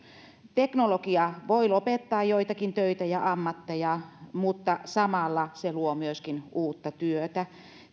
teknologia voi lopettaa joitakin töitä ja ammatteja mutta samalla se myöskin luo uutta työtä